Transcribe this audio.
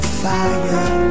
fire